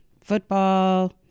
football